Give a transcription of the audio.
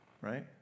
right